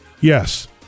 yes